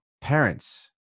parents